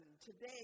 today